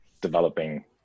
developing